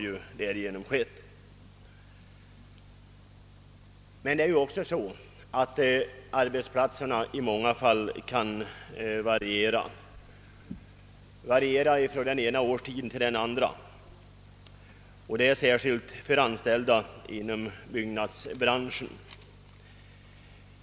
Men för en del människor varierar också arbetsplatsen från den ena årstiden till den andra. Detta gäller särskilt anställda inom byggnadsbranschen.